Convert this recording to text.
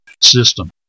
system